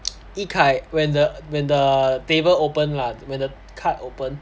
yikai when the when the table open lah when the card open